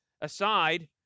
aside